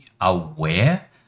aware